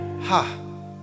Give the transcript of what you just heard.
Ha